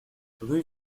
rue